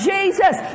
Jesus